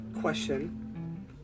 question